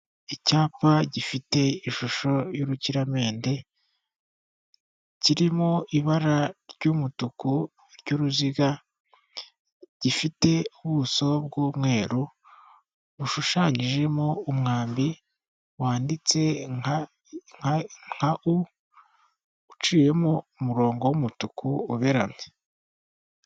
Icyapa gifite ishusho y'urukiramende kirimo ibara ry'umutuku ry'uruziga, gifite ubuso bw'umweru, bushushanyijemo umwambi wanditse nka u uciyemo umurongo w'umutuku uberamye.